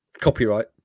Copyright